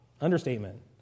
Understatement